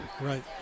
Right